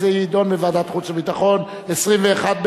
התשס"ט 2009,